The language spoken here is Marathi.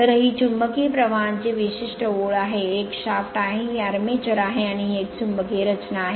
तर ही चुंबकीय प्रवाहांची विशिष्ट ओळ आहे एक शाफ्ट आहे ही आर्मेचर आहे आणि ही एक चुंबकीय रचना आहे